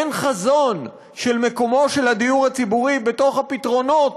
אין חזון של מקומו של הדיור הציבורי בתוך הפתרונות